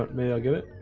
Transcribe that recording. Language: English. maybe i'll give it